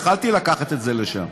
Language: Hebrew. יכולתי לקחת את זה לשם,